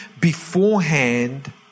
beforehand